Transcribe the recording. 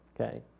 okay